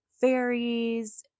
fairies